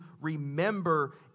remember